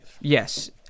yes